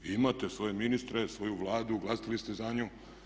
Imate svoje ministre, svoju Vladu, glasali ste za nju.